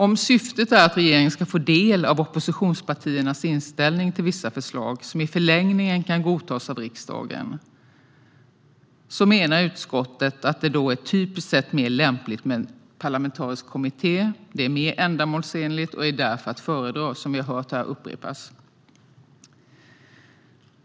Om syftet är att regeringen ska få del av oppositionspartiernas inställning till vissa förslag, som i förlängningen kan godtas av riksdagen, menar utskottet att det typiskt sett är mer lämpligt med en parlamentarisk kommitté. Det är mer ändamålsenligt och därför att föredra, som vi hört upprepas här.